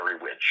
witch